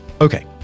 Okay